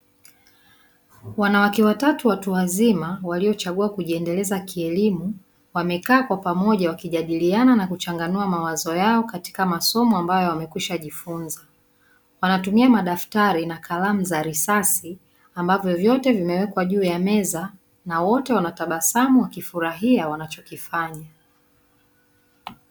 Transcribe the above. Wanawake watatu watu wazima waliochagua kujiendeleza kielimu wamekaa kwa pamoja wakijadiliana na kuchanganua mawazo yao katika masomo ambayo wamekwishajifunza. Wanatumia madaftari na kalamu za risasi ambavyo vyote vimewekwa juu ya meza na wote wanatabasamu wakifurahia wanachokifanya.